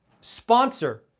sponsor